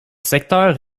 secteur